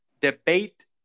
debate